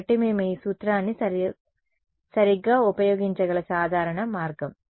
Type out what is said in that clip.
కాబట్టి మేము ఈ సూత్రాన్ని సరిగ్గా ఉపయోగించగల సాధారణ మార్గం